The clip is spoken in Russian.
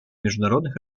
международных